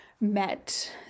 met